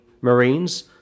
Marines